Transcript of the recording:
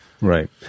Right